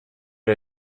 are